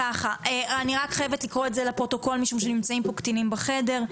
אני חייבת לקרוא את זה לפרוטוקול משום שנמצאים פה קטינים בחדר.